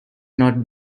not